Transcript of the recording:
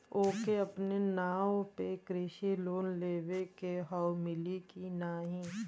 ओके अपने नाव पे कृषि लोन लेवे के हव मिली की ना ही?